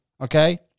Okay